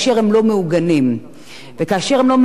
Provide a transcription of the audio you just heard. וכאשר הם לא מאוגדים תחת באמת